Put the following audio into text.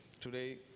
today